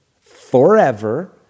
forever